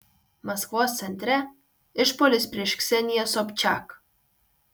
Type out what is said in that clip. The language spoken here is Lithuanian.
maskvos centre išpuolis prieš kseniją sobčiak